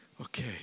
Okay